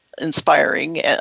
inspiring